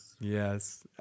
Yes